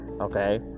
okay